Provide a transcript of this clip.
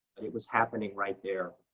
but it was happening right there.